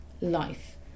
life